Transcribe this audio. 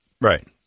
Right